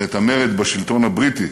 ואת המרד בשלטון הבריטי,